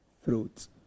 throats